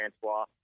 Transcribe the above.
Francois